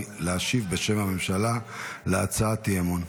להשיב בשם הממשלה על הצעת האי-אמון.